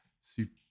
super